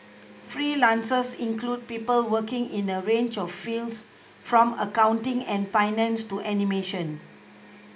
freelancers include people working in a range of fields from accounting and finance to animation